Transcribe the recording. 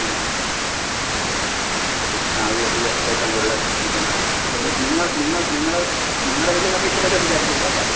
ആ ഇത് ഇത് ഏറ്റവും കൂടുതൽ വിൽപ്പന അപ്പം നിങ്ങൾ നിങ്ങൾ നിങ്ങൾ നിങ്ങൾ വലിയ കമ്മീഷൻ എടുക്കത്തില്ലായിരിക്കുമല്ലോ അല്ലെ